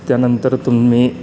त्यानंतर तुम्ही